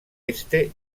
este